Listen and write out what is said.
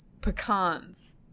pecans